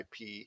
IP